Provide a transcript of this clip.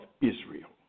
Israel